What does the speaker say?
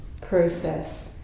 process